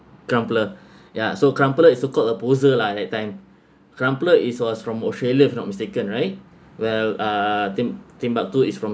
crumpler ya so crumpler is so called a poser lah that time crumpler is was from australia if I'm not mistaken right well uh tim~ timbuktu is from